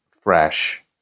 fresh